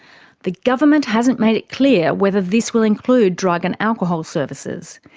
the government hasn't made it clear whether this will include drug and alcohol services.